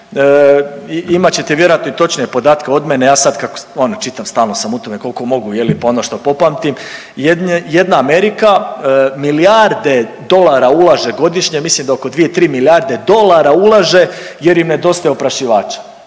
Imat ćete vjerojatno i točne podatke od mene. Ja sad kako ono čitam stalno sam u tome koliko mogu je li pa ono što popamtim jedna Amerika milijarde dolara ulaže godišnje mislim da oko dvije, tri milijarde dolara ulaže jer im nedostaje oprašivača.